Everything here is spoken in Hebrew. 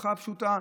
משפחה פשוטה,